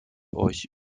euch